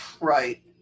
Right